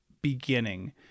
beginning